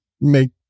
make